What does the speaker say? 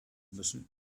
müssen